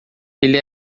ele